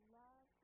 love